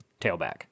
tailback